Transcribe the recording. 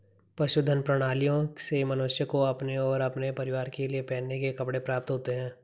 पशुधन प्रणालियों से मनुष्य को अपने और अपने परिवार के लिए पहनने के कपड़े प्राप्त होते हैं